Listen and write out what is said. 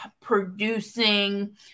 producing